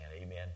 Amen